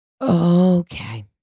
Okay